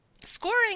Scoring